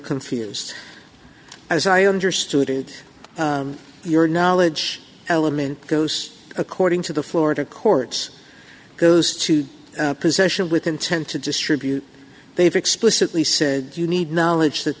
confused as i understood it your knowledge element goes according to the florida courts goes to possession with intent to distribute they've explicitly said you need knowledge that